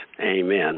Amen